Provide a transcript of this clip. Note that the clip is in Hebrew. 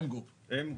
Mgroup.